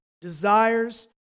desires